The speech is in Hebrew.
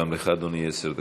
גם לך, אדוני, עשר דקות.